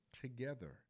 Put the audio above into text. together